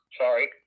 Sorry